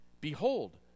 Behold